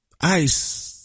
Ice